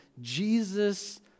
Jesus